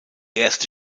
erste